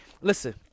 Listen